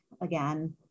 again